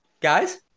Guys